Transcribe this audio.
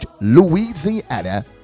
Louisiana